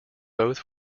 both